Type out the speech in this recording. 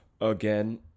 again